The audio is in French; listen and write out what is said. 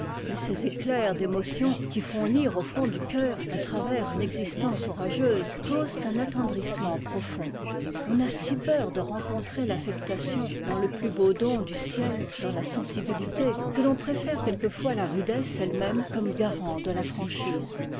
mais ces éclairs d'émotion qui font lire au fond du cœur à travers une existence orageuse causent un attendrissement profond on a si peur de rencontrer l'affectation dans je plus beau doa du ciel dans la sensibilité que l'on préfère quelquefois la rudesse elle-même comme garant de la franchise